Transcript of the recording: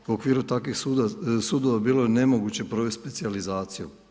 Po okviru takvih sudova bilo je nemoguće provesti specijalizaciju.